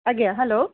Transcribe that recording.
ଆଜ୍ଞା ହେଲୋ